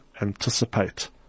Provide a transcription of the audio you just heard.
anticipate